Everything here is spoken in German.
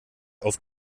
auf